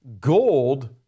Gold